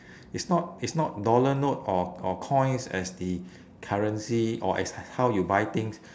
it's not it's not dollar note or or coins as the currency or as how you buy things